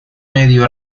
medio